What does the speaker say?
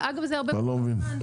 ואגב, זה הרבה פחות זמן.